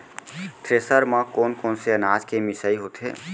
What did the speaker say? Thresher म कोन कोन से अनाज के मिसाई होथे?